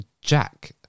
Jack